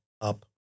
Up